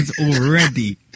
already